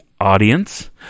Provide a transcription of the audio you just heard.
audience